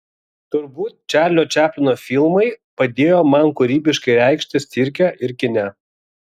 turbūt čarlio čaplino filmai padėjo man kūrybiškai reikštis cirke ir kine